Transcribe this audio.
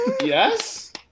yes